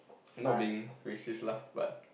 not being racist lah but